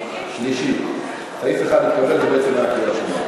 אני מתנצל שאני צרוד מאוד,